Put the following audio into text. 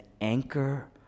anchor